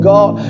God